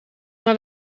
naar